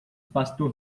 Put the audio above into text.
pastor